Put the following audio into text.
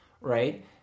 right